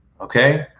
okay